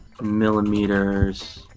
millimeters